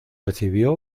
recibió